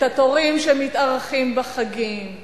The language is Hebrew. את התורים שמתארכים בחגים,